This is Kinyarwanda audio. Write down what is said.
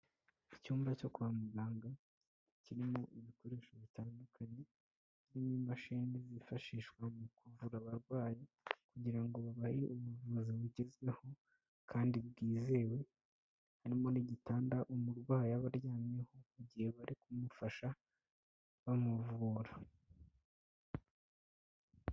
Icyumba cyo kwa muganga kirimo ibikoresho bitandukanye, kirimo imashini zifashishwa mu kuvura abarwayi kugira ngo babahe ubuvuzi bugezweho kandi bwizewe, harimo n'igitanda umurwayi aba aryamyeho mu gihe bari kumufasha bamuvura.